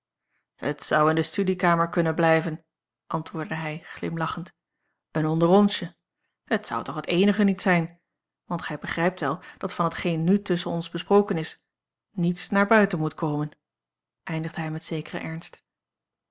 het zou in de studiekamer kunnen blijven antwoordde hij glimlachend een onder onsje het zou toch het eenige niet zijn want gij begrijpt wel dat van hetgeen nu tusschen ons besproken is niets naar buiten moet komen eindigde hij met zekeren ernst